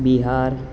Bihar